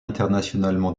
internationalement